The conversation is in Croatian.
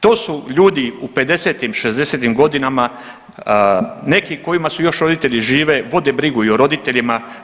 To su ljudi u pedesetim, šezdesetim godinama neki kojima su još roditelji živi vode brigu i o roditeljima.